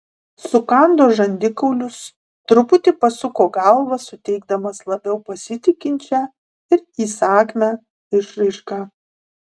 sukando žandikaulius truputį pasuko galvą suteikdamas labiau pasitikinčią ir įsakmią išraišką